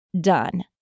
done